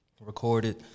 recorded